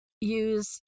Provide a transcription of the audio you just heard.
Use